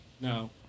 No